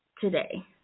today